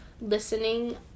listening